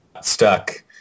stuck